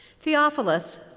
Theophilus